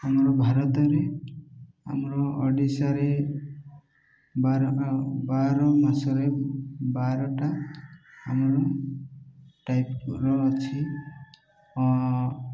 ଆମର ଭାରତରେ ଆମର ଓଡ଼ିଶାରେ ବାର ବାର ମାସରେ ବାରଟା ଆମର ଟାଇପର ଅଛି